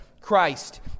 Christ